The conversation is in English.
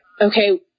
okay